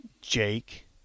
Jake